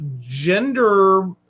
gender